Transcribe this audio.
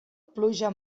pluja